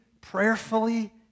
prayerfully